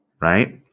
right